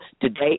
today